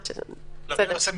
מלכיאלי,